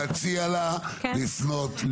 אני מציע לה לפנות לגורמים המתאימים.